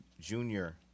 Junior